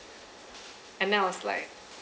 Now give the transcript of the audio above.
and then I was like